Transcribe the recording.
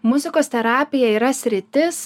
muzikos terapija yra sritis